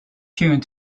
tune